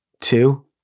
two